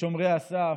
לשומרי הסף,